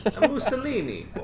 Mussolini